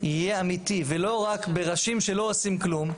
יהיה אמיתי ולא רק בראשים שלא עושים כלום,